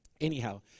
anyhow